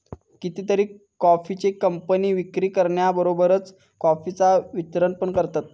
कितीतरी कॉफीचे कंपने विक्री करण्याबरोबरच कॉफीचा वितरण पण करतत